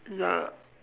ya